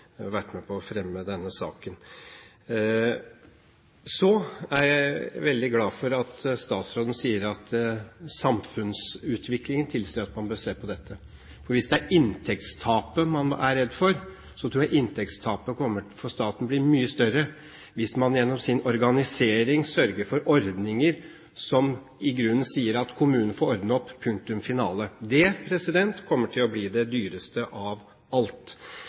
vært med på å fremme denne saken. Jeg er veldig glad for at statsråden sier at samfunnsutviklingen tilsier at man bør se på dette. For hvis det er inntektstapet man er redd for, så tror jeg inntektstapet for staten blir mye større hvis man gjennom sin organisering sørger for ordninger som i grunnen sier at kommunen får ordne opp – punktum finale. Det kommer til å bli det dyreste av alt!